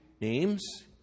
names